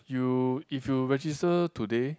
you if you register today